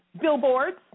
billboards